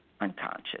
unconscious